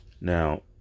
Now